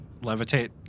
levitate